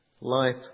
life